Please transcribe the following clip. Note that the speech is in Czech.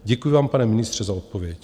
Děkuji vám, pane ministře, za odpověď.